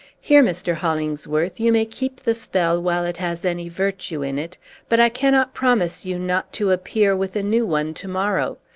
here, mr. hollingsworth, you may keep the spell while it has any virtue in it but i cannot promise you not to appear with a new one to-morrow.